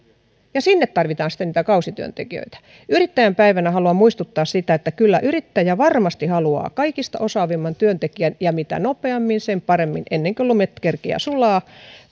ja sinne tarvitaan sitten niitä kausityöntekijöitä yrittäjän päivänä haluan muistuttaa siitä että kyllä yrittäjä varmasti haluaa kaikista osaavimman työntekijän ja mitä nopeammin sen parempi ennen kuin lumet kerkeävät sulaa